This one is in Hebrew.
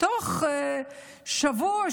תוך שבוע,